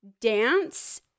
dance